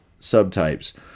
subtypes